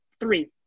Three